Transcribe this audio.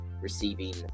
receiving